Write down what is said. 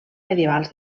medievals